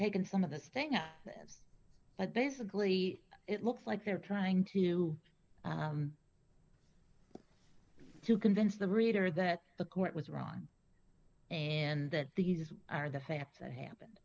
taken some of this thing out but basically it looks like they're trying to to convince the reader that the court was wrong and that these are the facts that happened